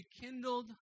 rekindled